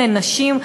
לנשים.